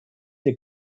der